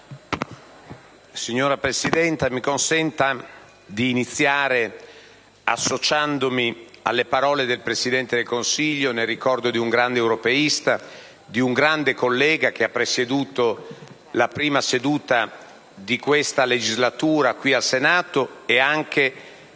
Signora Presidente, mi consenta di iniziare associandomi alle parole del Presidente del Consiglio nel ricordo di un grande europeista, di un grande collega, che ha presieduto la prima seduta di questa legislatura, qui al Senato, ed anche